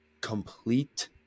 Complete